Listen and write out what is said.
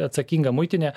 atsakinga muitinė